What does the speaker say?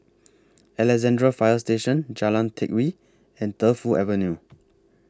Alexandra Fire Station Jalan Teck Whye and Defu Avenue